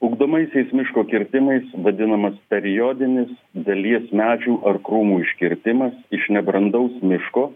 ugdomaisiais miško kirtimais vadinamas periodinis dalies medžių ar krūmų iškirtimas iš nebrandaus miško